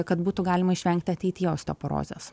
kad būtų galima išvengti ateityje osteoporozės